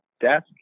desk